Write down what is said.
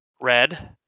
Red